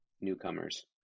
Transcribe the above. newcomers